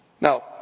Now